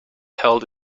held